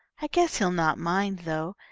i guess he'll not mind, though.